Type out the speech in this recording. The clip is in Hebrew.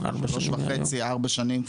שלוש וחצי-ארבע שנים.